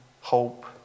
hope